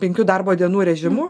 penkių darbo dienų režimu